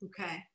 Okay